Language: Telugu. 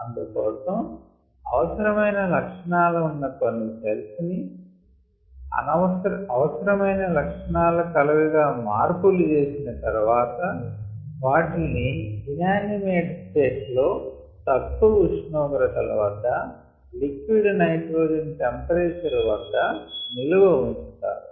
అందుకోసం అవసరమయిన లక్షణాలు ఉన్న కొన్ని సెల్స్ ని అవసరమయిన లక్షణాలు కలవిగా మార్పులు చేసిన తర్వాత వాటిల్ని ఇనానిమేట్ స్టేట్ లో తక్కువ ఉష్ణోగ్రత ల వద్ద లిక్విడ్ నైట్రోజెన్ టెంపరేచర్ వద్ద నిలువ ఉంచుతారు